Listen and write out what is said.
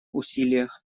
усилиях